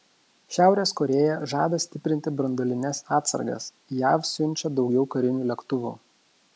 šiaurės korėja žada stiprinti branduolines atsargas jav siunčia daugiau karinių lėktuvų